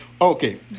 okay